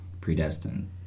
predestined